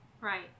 Right